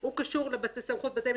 הוא קשור לסמכות בית המשפט.